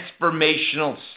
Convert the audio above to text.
transformational